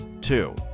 Two